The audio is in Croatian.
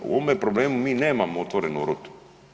U ovome problemu mi nemamo otvorenu rutu.